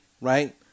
right